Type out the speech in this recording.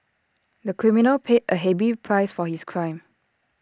the criminal paid A heavy price for his crime